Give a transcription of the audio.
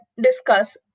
discuss